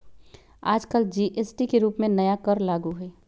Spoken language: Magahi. आजकल जी.एस.टी के रूप में नया कर लागू हई